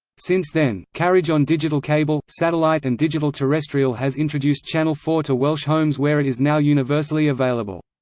since then, carriage on digital cable, satellite and digital terrestrial has introduced channel four to welsh homes where it is now universally available.